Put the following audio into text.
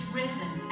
risen